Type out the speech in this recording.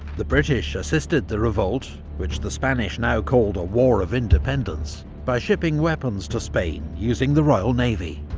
the british assisted the revolt which the spanish now called a war of independence by shipping weapons to spain using the royal navy.